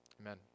Amen